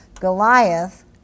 Goliath